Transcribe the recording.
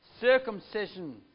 Circumcision